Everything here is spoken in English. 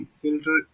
filter